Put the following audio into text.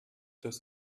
dass